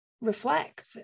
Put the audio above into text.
reflect